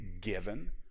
given